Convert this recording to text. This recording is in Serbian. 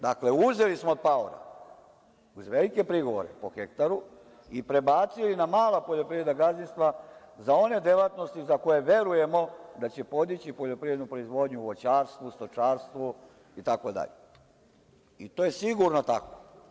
Dakle, uzeli smo od paora uz velike prigovore po hektaru i prebacili na mala poljoprivredna gazdinstva za one delatnosti za koje verujemo da će podići poljoprivrednu proizvodnju u voćarstvu, u stočarstvu, itd, i to je sigurno tako.